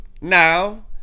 now